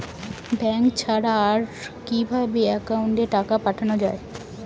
Bank ছাড়া আর কিভাবে একাউন্টে টাকা পাঠানো য়ায়?